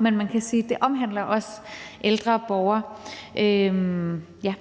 Man kan sige, at det også omhandler ældre borgere,